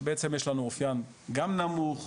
שבעצם יש לנו אופיין גם נמוך,